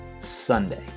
Sunday